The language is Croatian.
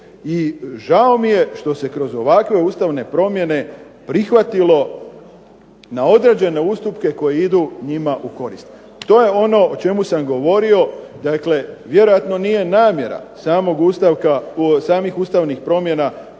i žao mi je što se kroz ovakve ustavne promjene prihvatilo na određene ustupke koji idu njima u korist. To je ono o čemu sam govorio. Dakle, vjerojatno nije namjera samih ustavnih promjena